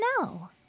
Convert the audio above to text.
No